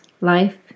Life